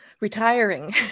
Retiring